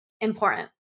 important